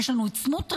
יש לנו את סמוטריץ',